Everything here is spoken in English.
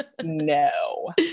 no